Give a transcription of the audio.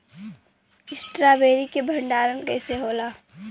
Strawberry के भंडारन कइसे होला?